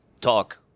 talk